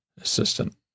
assistant